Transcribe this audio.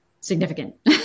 significant